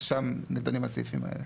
שם נידונים הסעיפים האלה.